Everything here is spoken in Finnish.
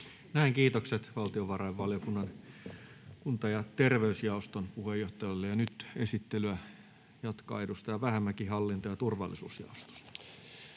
Näin, kiitokset valtiovarainvaliokunnan kunta‑ ja terveysjaoston puheenjohtajalle. — Ja nyt esittelyä jatkaa edustaja Vähämäki hallinto‑ ja turvallisuusjaostosta.